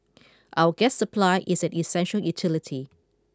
our gas supply is an essential utility